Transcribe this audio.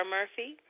Murphy